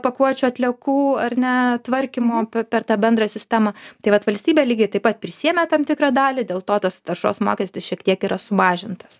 pakuočių atliekų ar ne tvarkymo per tą bendrą sistemą taip vat valstybė lygiai taip pat prisiėmė tam tikrą dalį dėl to tas taršos mokestis šiek tiek yra sumažintas